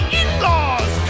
in-laws